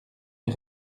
les